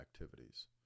activities